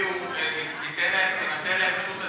תינתן זכות הדיבור,